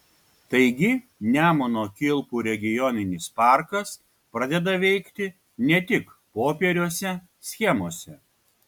taigi nemuno kilpų regioninis parkas pradeda veikti ne tik popieriuose schemose